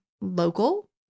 local